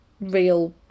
real